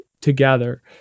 together